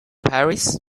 paris